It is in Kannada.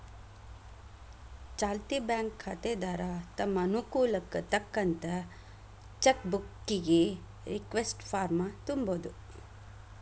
ಚಾಲ್ತಿ ಬ್ಯಾಂಕ್ ಖಾತೆದಾರ ತಮ್ ಅನುಕೂಲಕ್ಕ್ ತಕ್ಕಂತ ಚೆಕ್ ಬುಕ್ಕಿಗಿ ರಿಕ್ವೆಸ್ಟ್ ಫಾರ್ಮ್ನ ತುಂಬೋದು